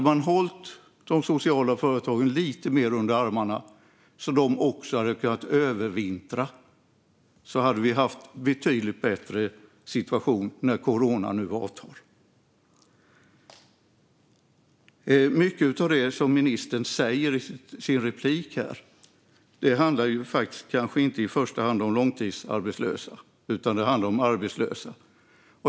Om de sociala företagen hade hållits lite mer under armarna så att de också hade kunnat övervintra hade det varit en betydligt bättre situation när coronan avtar. Mycket av det ministern sa i sitt anförande handlar inte i första hand om de långtidsarbetslösa utan om de arbetslösa.